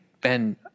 ben